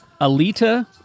Alita